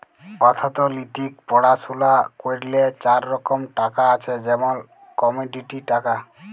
অথ্থলিতিক পড়াশুলা ক্যইরলে চার রকম টাকা আছে যেমল কমডিটি টাকা